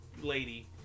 lady